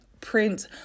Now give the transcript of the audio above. print